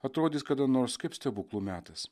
atrodys kada nors kaip stebuklų metas